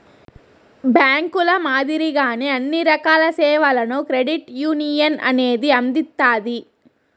బ్యాంకుల మాదిరిగానే అన్ని రకాల సేవలను క్రెడిట్ యునియన్ అనేది అందిత్తాది